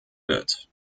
wird